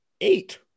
eight